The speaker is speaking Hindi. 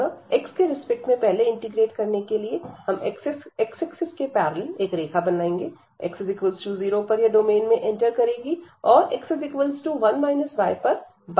अतः x के रिस्पेक्ट में पहले इंटीग्रेट करने के लिए हम x एक्सिस के पैरेलल एक रेखा बनाएंगे x0 पर यह डोमेन में एंटर करेगी और x 1 y पर बाहर निकलेगी